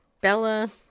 Bella